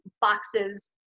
boxes